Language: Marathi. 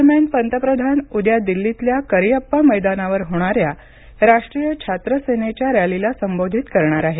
दरम्यान पंतप्रधान उद्या दिल्लीतल्या करिअप्पा मैदानावर होणाऱ्या राष्ट्रीय छात्र सेनेच्या रॅलीला संबोधित करणार आहेत